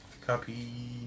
Copy